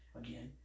again